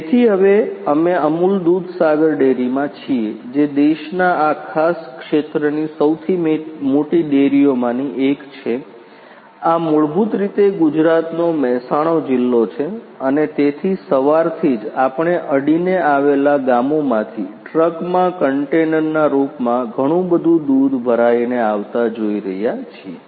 તેથી હવે અમે અમૂલ દૂધસાગર ડેરીમાં છીએ જે દેશના આ ખાસ ક્ષેત્રની સૌથી મોટી ડેરીઓમાંની એક છે આ મૂળભૂત રીતે ગુજરાતનો મહેસાણા જિલ્લો છે અને તેથી સવારથી જ આપણે અડીને આવેલા ગામોમાથી ટ્રકમાં કન્ટેનરના રૂપમાં ઘણું બધુ દૂધ ભરાઈને આવતા જોઈ રહ્યા છીએ